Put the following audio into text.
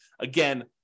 Again